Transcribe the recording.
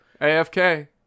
AFK